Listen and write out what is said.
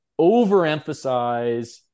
overemphasize